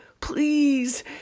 please